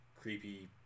creepy